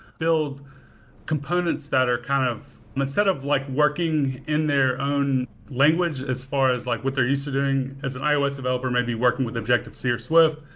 build components that are kind of instead of like working in their own language as far as like what they're used to doing, as an ios developer, maybe working with objective-c or swift,